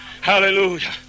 Hallelujah